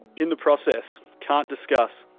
in the process, can't discuss.